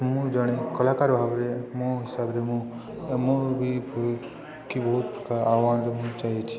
ମୁଁ ଜଣେ କଳାକାର ଭାବରେ ମୋ ହିସାବରେ ମୁଁ ମୋ ବିକି ବହୁତ ପ୍ରକାର ଆହ୍ୱାନରେ ମୁଁ ଚାହିଁଛି